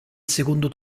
secondo